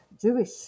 Jewish